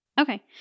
Okay